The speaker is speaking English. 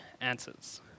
answers